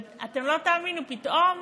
אתם לא תאמינו: פתאום